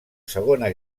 segona